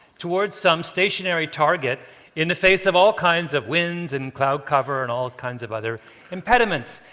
towards some stationary target in the face of all kinds of winds and cloud cover and all kinds of other impediments.